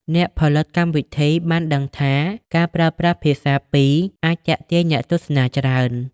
អ្នកផលិតកម្មវិធីបានដឹងថា ការប្រើប្រាស់ភាសាពីរអាចទាក់ទាញអ្នកទស្សនាច្រើន។